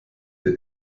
der